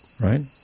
right